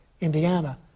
Indiana